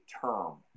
term